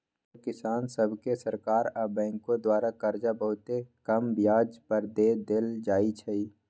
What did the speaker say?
अब किसान सभके सरकार आऽ बैंकों द्वारा करजा बहुते कम ब्याज पर दे देल जाइ छइ